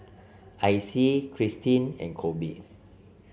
Icy Kirstin and Kolby